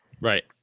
right